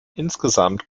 insgesamt